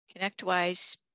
ConnectWise